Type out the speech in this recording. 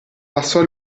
passò